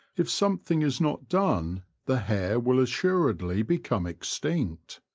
if something is not done the hare will assuredly become extinct.